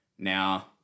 Now